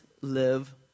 live